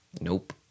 Nope